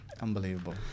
Unbelievable